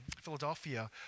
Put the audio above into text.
Philadelphia